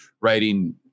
writing